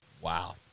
Wow